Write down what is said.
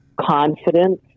confidence